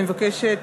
אני מבקשת,